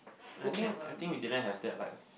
I think I think we didn't have that like